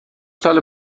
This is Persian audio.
سال